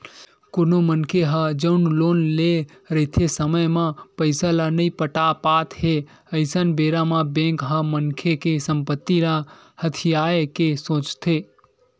कोनो मनखे ह जउन लोन लेए रहिथे समे म पइसा ल नइ पटा पात हे अइसन बेरा म बेंक ह मनखे के संपत्ति ल हथियाये के सोचथे